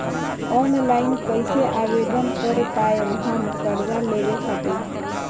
Online कइसे आवेदन कर पाएम हम कर्जा लेवे खातिर?